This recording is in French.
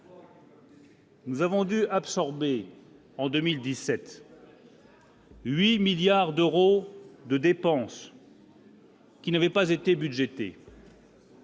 Nous avons dû absorber en 2017. 8 milliards d'euros de dépenses. Qui n'avait pas été budgétés.